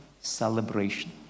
celebration